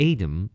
Adam